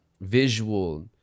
visual